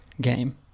game